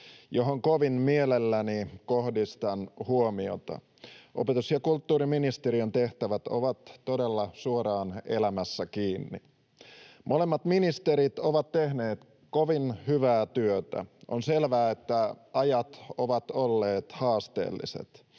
johon kovin mielelläni kohdistan huomiota. Opetus- ja kulttuuriministeriön tehtävät ovat todella suoraan elämässä kiinni. Molemmat ministerit ovat tehneet kovin hyvää työtä. On selvää, että ajat ovat olleet haasteelliset.